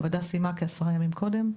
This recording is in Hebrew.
הוועדה סיימה כעשרה ימים קודם,